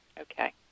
okay